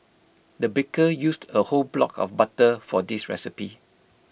the baker used A whole block of butter for this recipe